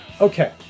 Okay